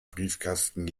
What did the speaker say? briefkasten